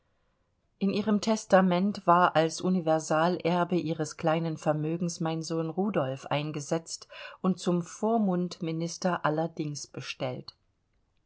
in ihrem testament war als universalerbe ihres kleinen vermögens mein sohn rudolf eingesetzt und zum vormund minister allerdings bestellt